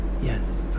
yes